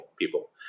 people